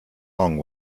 long